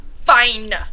fine